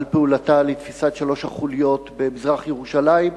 פעולתה לתפיסת שלוש החוליות במזרח-ירושלים,